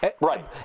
Right